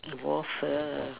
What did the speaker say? waffle